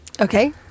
Okay